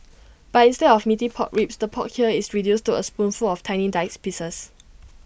but instead of Meaty Pork Ribs the pork here is reduced to A spoonful of tiny diced pieces